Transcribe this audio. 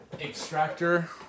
extractor